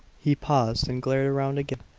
he paused, and glared around again.